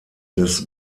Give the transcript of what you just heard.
des